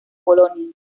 polonia